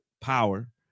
power